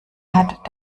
hat